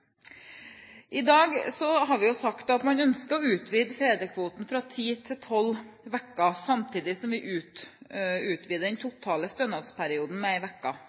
jo sagt at man ønsker å utvide fedrekvoten fra ti til tolv uker, samtidig som vi utvider den totale stønadsperioden med